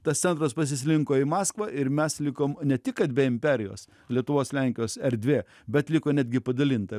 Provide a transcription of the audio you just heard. tas centras pasislinko į maskvą ir mes likom ne tik kad be imperijos lietuvos lenkijos erdvė bet liko netgi padalinta